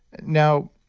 now,